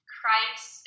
Christ